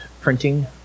printing